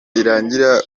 irangira